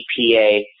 EPA